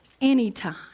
anytime